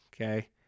okay